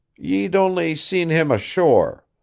ye'd only seen him ashore.